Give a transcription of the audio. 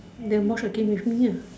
then watch the game with me ah